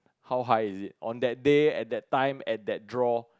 how high is it on that day at that time at that draw